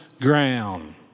ground